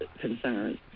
concerns